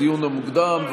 בדיון המוקדם.